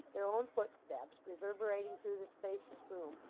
their own footsteps, reverberating through the spacious room,